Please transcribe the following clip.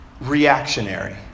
Reactionary